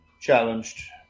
challenged